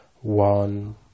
one